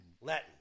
Latin